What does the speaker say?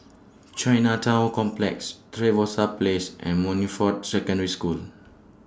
Chinatown Complex Trevose Place and Monifort Secondary School